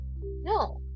no